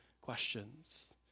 questions